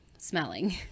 smelling